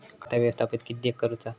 खाता व्यवस्थापित किद्यक करुचा?